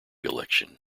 election